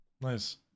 Nice